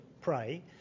pray